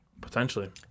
Potentially